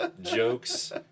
Jokes